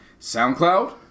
SoundCloud